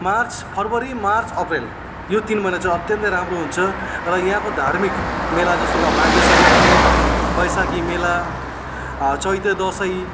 March फरवरी March April यो तिन महिना चाहिँ अत्यन्त राम्रो हुन्छ र यहाँको धार्मिक मेला जस्तै कि मागे सङ्क्रान्ति वैशाखी मेला चैते दसैँ